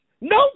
No